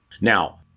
Now